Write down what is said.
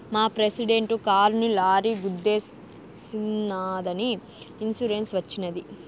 మా ప్రెసిడెంట్ కారుని లారీ గుద్దేశినాదని ఇన్సూరెన్స్ వచ్చినది